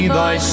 thy